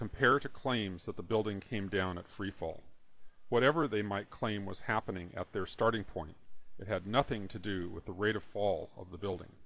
compare to claims that the building came down at free fall whatever they might claim was happening at their starting point it had nothing to do with the rate of fall of the building